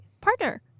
partner